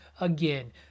Again